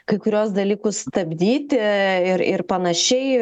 kai kuriuos dalykus stabdyti ir ir panašiai